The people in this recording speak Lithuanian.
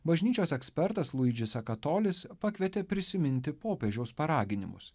bažnyčios ekspertas luidžis akatolis pakvietė prisiminti popiežiaus paraginimus